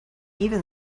even